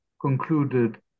concluded